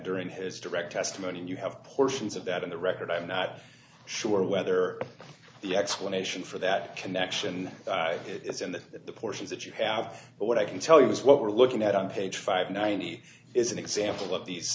during his direct testimony and you have portions of that in the record i'm not sure whether the explanation for that connection is in the portions that you have but what i can tell you is what we're looking at on page five ninety is an example of